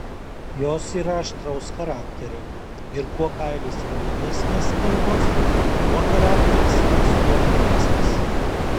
jos yra aštraus charakterio ir kuo kailis raudonesnės spalvos tuo charakteris yra sudėtingesnis